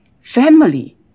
Family